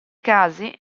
casi